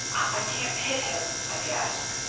i can't hit him, i gasped.